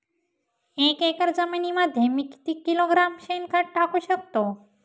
एक एकर जमिनीमध्ये मी किती किलोग्रॅम शेणखत टाकू शकतो?